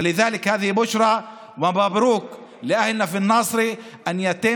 ולכן זו בשורה, ומברוכ לבני עמנו בנצרת שהתקבלה